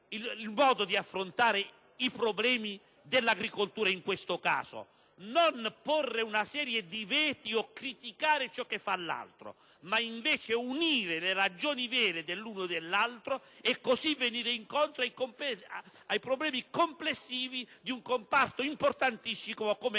il modo di affrontare i problemi dell'agricoltura. Non bisogna porre veti o criticare ciò che fa l'altro, ma si devono unire le ragioni vere dell'uno e dell'altro e venire incontro ai problemi complessivi di un comparto importantissimo come l'agricoltura,